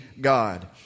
God